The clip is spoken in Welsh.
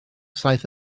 saith